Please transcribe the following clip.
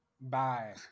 bye